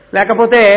Lakapote